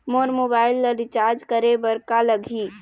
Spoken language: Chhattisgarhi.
मोर मोबाइल ला रिचार्ज करे बर का लगही?